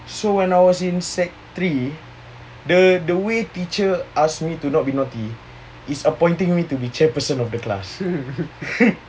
so when I was in sec three the the way teacher ask me to not be naughty is appointing me to be chairperson of the class